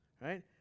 right